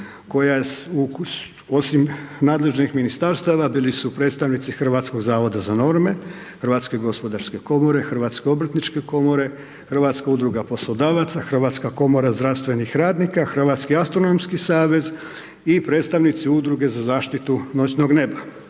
koja osim nadležnih ministarstava, bili su predstavnici Hrvatskog zavoda za norme, HGK-a, Hrvatske obrtničke komore, Hrvatska udruga poslodavaca, Hrvatska komora zdravstvenih radnika, Hrvatski astronomski savez i predstavnici Udruge za zaštitu noćnog neba.